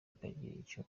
akagira